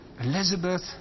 Elizabeth